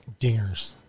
dingers